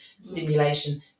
stimulation